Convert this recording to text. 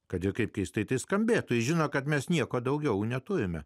kad ir kaip keistai tai skambėtų ji žino kad mes nieko daugiau neturime